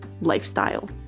lifestyle